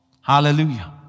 Hallelujah